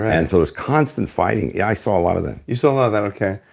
and so it's constant fighting. yeah, i saw a lot of that you saw a lot of that. okay.